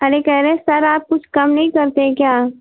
अरे कह रहे हैं सर आप कुछ कम नहीं करते हें क्या